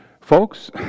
folks